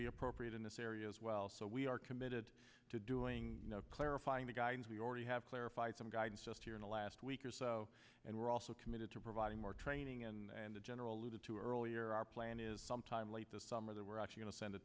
be appropriate in this area as well so we are committed to doing clarifying the guidance we already have clarified some guidance just here in the last week or so and we're also committed to providing more training and the general lute to earlier our plan is sometime late this summer that we're actually going to send a